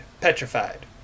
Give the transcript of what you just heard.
petrified